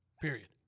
Period